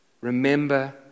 Remember